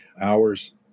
hours